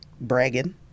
bragging